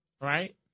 right